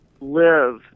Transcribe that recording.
live